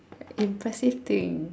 impressive thing